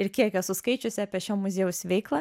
ir kiek esu skaičiusi apie šio muziejaus veiklą